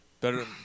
Better